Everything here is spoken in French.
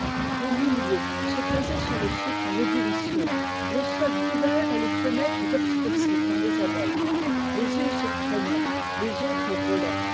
aes milliers se poser sur le sicre en ébullition le sol couvert et les fenêtres obscurcies par les abeilles les unes se traînant les autres volant